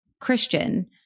Christian